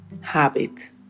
habit